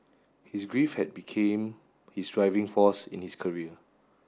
his grief had became his driving force in this career